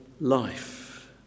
life